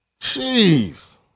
Jeez